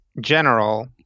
general